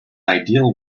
ideal